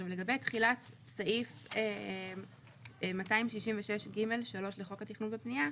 לגבי תחילת סעיף 266ג3 לחוק התכנון והבניה,